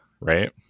right